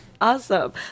Awesome